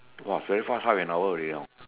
!wah! very fast half an hour already hor